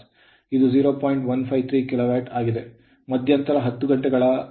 ಈಗ ಮಧ್ಯಂತರ 10 ಗಂಟೆಗಳ ಲೋಡ್ 30